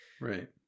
right